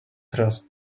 trust